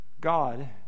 God